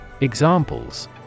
Examples